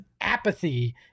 apathy